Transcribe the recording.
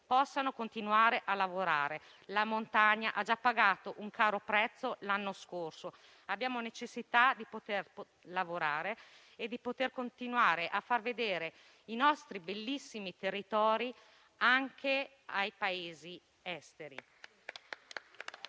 possano continuare a lavorare. La montagna ha già pagato un caro prezzo l'anno scorso, abbiamo la necessità di lavorare e di continuare a far vedere i nostri bellissimi territori anche ai Paesi esteri.